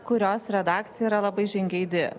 kurios redakcija yra labai žingeidi